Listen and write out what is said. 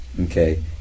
okay